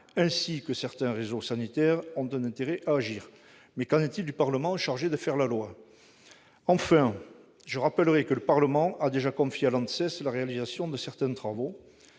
ainsi que certains réseaux sanitaires, ont un intérêt à agir. Mais qu'en est-il du Parlement, chargé de faire la loi ? Enfin, le Parlement a déjà confié à l'ANSES la réalisation de certains travaux.